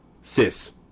sis